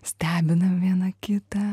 stebinam viena kitą